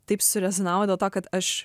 taip surezonavo dėl to kad aš